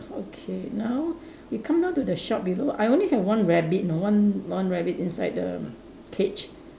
okay now we come down to the shop below I only have one rabbit know one one rabbit inside the cage